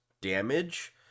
damage